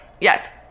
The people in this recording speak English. Yes